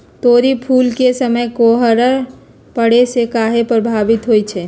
तोरी फुल के समय कोहर पड़ने से काहे पभवित होई छई?